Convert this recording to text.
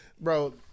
bro